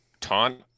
taunt